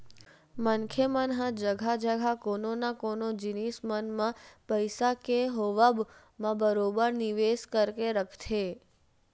मनखे मन ह जघा जघा कोनो न कोनो जिनिस मन म पइसा के होवब म बरोबर निवेस करके रखथे